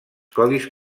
codis